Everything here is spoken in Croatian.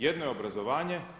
Jedno je obrazovanje.